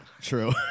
True